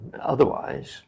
otherwise